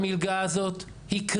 בבקשה.